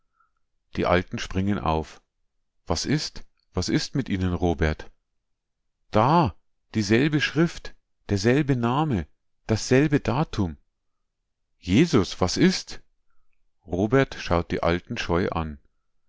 die alten springen auf was ist was ist ihnen robert da dieselbe schrift derselbe name dasselbe datum jesus was ist robert schaut die alten scheu an